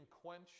quench